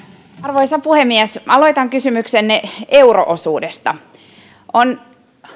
arvoisa puhemies aloitan kysymyksenne euro osuudesta on